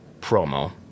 promo